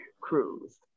cruise